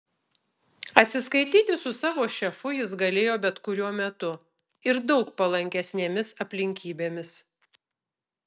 atsiskaityti su savo šefu jis galėjo bet kuriuo metu ir daug palankesnėmis aplinkybėmis